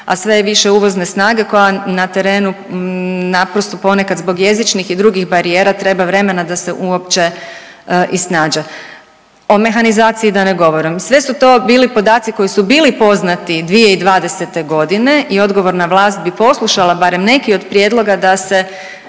a sve je više uvozne snage koja na terenu naprosto ponekad zbog jezičnih i drugih barijera treba vremena da se uopće i snađe, o mehanizaciji da ne govorim. Sve su to bili podaci koji su bili poznati 2020.g. i odgovorna vlast bi poslušala barem neke od prijedloga da se